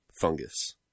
fungus